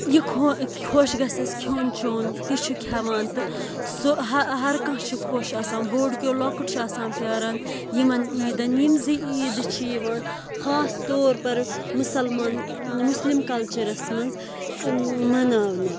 یہِ خۄ خۄش گَژھیٚس کھیٚون چیٚون تہِ چھُ کھیٚوان تہٕ سُہ ہَر ہَر کانٛہہ چھِ خۄش آسان بوٚڑ کؠو لۄکُٹ چھُ آسان پیاران یِمَن عیٖدَن یِم زٕ عیٖد چھِ یِوان خاص طور پر مُسلمان مُسلِم کَلچرَس منٛز ۭام مناونہٕ